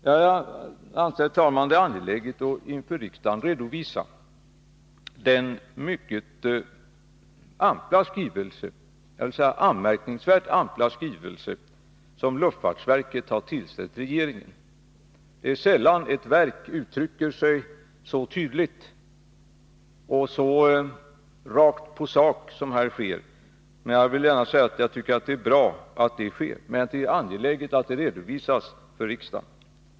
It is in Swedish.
Jag anser, herr talman, att det är angeläget att inför riksdagen redovisa den anmärkningsvärt ampra skrivelse som luftfarts verket har tillställt regeringen. Det är sällan ett verk uttrycker sig så tydligt och så rakt på sak som här sker. Men jag tycker att det är bra, och det är angeläget att det redovisas för riksdagen.